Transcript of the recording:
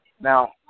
Now